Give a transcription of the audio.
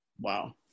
Wow